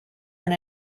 and